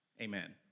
Amen